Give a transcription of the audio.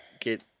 get